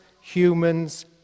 humans